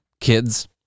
Kids